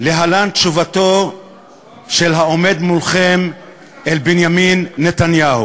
להלן תשובתו של העומד מולכם אל בנימין נתניהו: